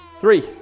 Three